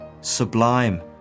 sublime